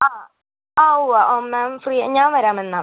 ആ ആ ഉവ്വ് മാം ഫ്രീ ആണ് ഞാൻ വരാം എന്നാൽ